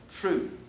True